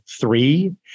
three